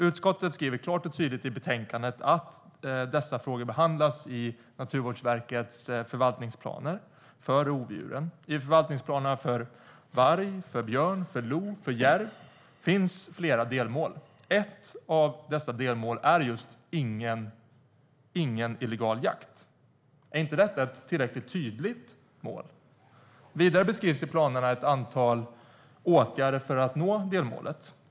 Utskottet skriver klart och tydligt i betänkandet att dessa frågor behandlas i Naturvårdsverkets förvaltningsplaner för rovdjuren. I förvaltningsplanerna för varg, björn, lo och järv finns flera delmål. Ett av dessa delmål är just ingen illegal jakt. Är inte detta ett tillräckligt tydligt mål? Vidare beskrivs i planerna ett antal åtgärder för att nå delmålet.